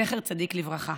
זכר צדיק לברכה,